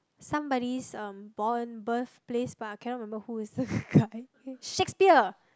somebody's um born birthplace but i cannot remember who is the guy Shakespeare